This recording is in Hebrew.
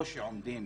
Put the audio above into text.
או עומדים